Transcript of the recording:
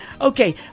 Okay